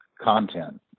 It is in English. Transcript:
content